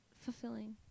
fulfilling